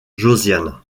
josiane